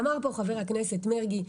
אמר פה חבר הכנסת מרגי,